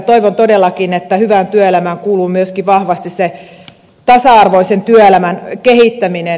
toivon todellakin että hyvään työelämään kuuluu myöskin vahvasti tasa arvoisen työelämän kehittäminen